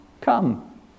come